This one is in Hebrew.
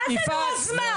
מה זה נו אז מה?